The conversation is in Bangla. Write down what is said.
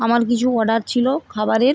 আমার কিছু অর্ডার ছিলো খাবারের